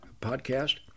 podcast